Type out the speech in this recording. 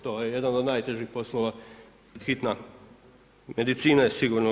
To je jedan od najtežih poslova hitna medicina je sigurno.